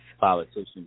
Politicians